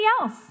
else